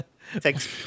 Thanks